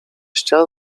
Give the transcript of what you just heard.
ścian